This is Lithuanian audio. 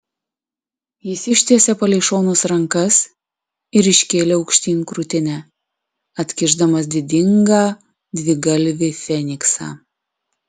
jis ištiesė palei šonus rankas ir iškėlė aukštyn krūtinę atkišdamas didingą dvigalvį feniksą